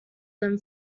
than